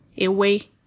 away